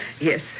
Yes